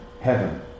heaven